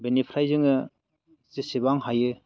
बेनिफ्राय जोङो जेसेबां हायो